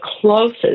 closest